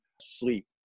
sleep